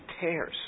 tears